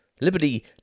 Liberty